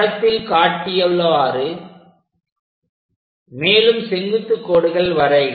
படத்தில் காட்டியவாறு மேலும் செங்குத்துக் கோடுகள் வரைக